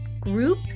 group